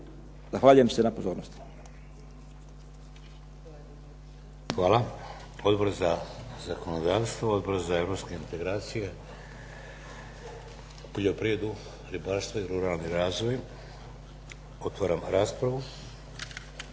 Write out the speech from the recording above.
Zahvaljujem se na pozornosti. **Šeks, Vladimir (HDZ)** Hvala. Odbor za zakonodavstvo? Odbor za europske integracije? Poljoprivredu, ribarstvo i ruralni razvoj? Otvaram raspravu.